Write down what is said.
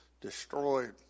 destroyed